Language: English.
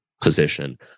position